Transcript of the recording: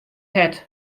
hart